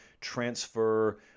transfer